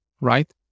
right